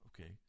Okay